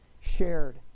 shared